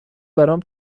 برام